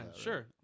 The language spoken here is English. sure